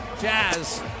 Jazz